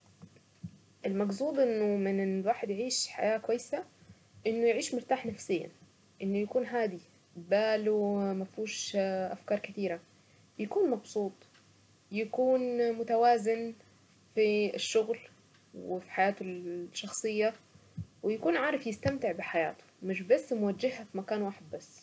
المقصود انه من ان الواحد يعيش حياة كويسة انه يعيش مرتاح نفسيا انه يكون هادي باله ما فيهوش افكار كتيرة يكون مبسوط، يكون متوازن في الشغل وفي حياته الشخصية ويكون عارف يستمتع بحياته وموجهها في مكان واحد بس.